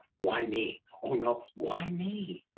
why me? oh, no, why me?